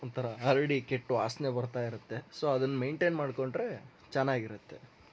ಒಂಥರಾ ಹರಡಿ ಕೆಟ್ಟ ವಾಸನೆ ಬರ್ತಾ ಇರತ್ತೆ ಸೊ ಅದನ್ನು ಮೈನ್ಟೈನ್ ಮಾಡಿಕೊಂಡ್ರೆ ಚೆನ್ನಾಗಿರತ್ತೆ